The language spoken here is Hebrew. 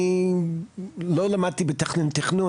אני לא למדתי תכנון,